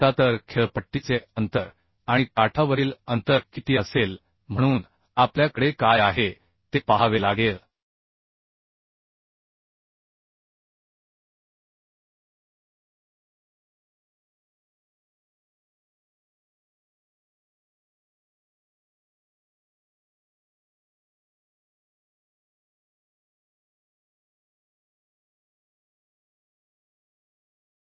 आता तर पीचचे अंतर आणि काठावरील अंतर किती असेल म्हणून आपल्याकडे काय आहे ते पाहावे लागेल हे व्यक्त केलेले किमान पीचचे अंतर म्हणजे आय